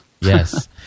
Yes